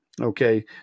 Okay